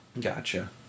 gotcha